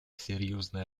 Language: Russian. серьезная